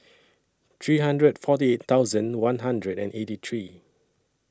three hundred forty thousand one hundred and eighty three